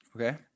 okay